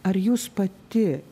ar jūs pati